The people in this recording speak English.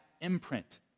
imprint